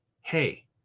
hey